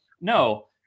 no